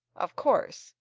of course,